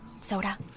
Soda